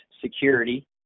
security